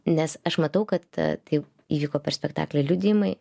nes aš matau kad tai įvyko per spektaklį liudijimai